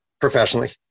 professionally